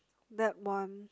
that one